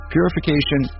purification